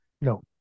No